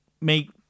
make